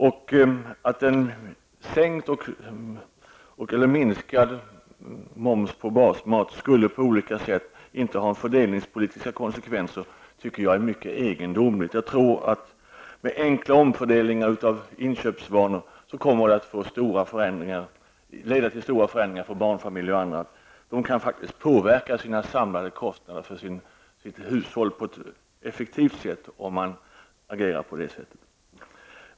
Att sänkt moms på basmat inte skulle medföra fördelningspolitiska konsekvenser, förefaller mycket egendomligt. Enkla omfördelningar av inköpsvanor tror jag kommer att leda till mycket stora förändringar för barnfamiljer och andra. Det kan faktiskt påverka de samlade kostnaderna för hushållet på ett effektivt sätt genom ett sådant agerande.